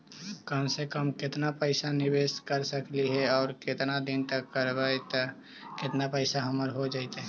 कम से कम केतना पैसा निबेस कर सकली हे और केतना दिन तक करबै तब केतना पैसा हमर हो जइतै?